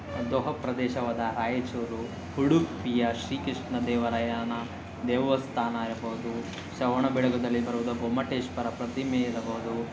ಪ್ರದೇಶವಾದ ರಾಯಚೂರು ಉಡುಪಿಯ ಶ್ರೀಕೃಷ್ಣದೇವರಾಯನ ದೇವಸ್ಥಾನ ಇರ್ಬೋದು ಶ್ರವಣಬೆಳಗೊಳದಲ್ಲಿ ಬರುವ ಗೊಮ್ಮಟೇಶ್ವರ ಪ್ರತಿಮೆ ಇರಬಹುದು